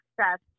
access